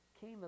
came